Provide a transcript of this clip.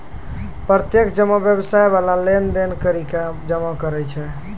प्रत्यक्ष जमा व्यवसाय बाला लेन देन करि के जमा करै छै